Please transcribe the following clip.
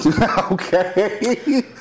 Okay